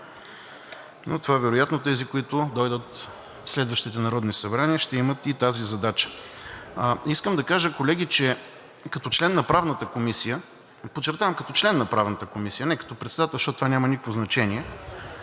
но вероятно тези, които дойдат в следващите народни събрания, ще имат и тази задача. Искам да кажа, колеги, че като член на Правната комисия, подчертавам, като член на Правната комисия, а не като председател, защото това няма никакво значение,